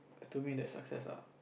to me that's success ah